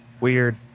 weird